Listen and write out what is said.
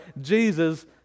Jesus